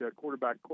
quarterback